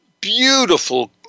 beautiful